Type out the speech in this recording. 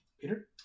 Peter